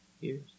years